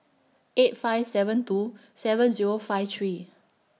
eight five seven two seven Zero five three